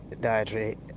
dietary